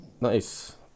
nice